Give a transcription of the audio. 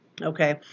Okay